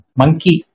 monkey